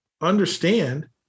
understand